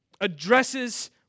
addresses